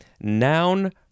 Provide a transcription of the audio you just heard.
noun